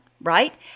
right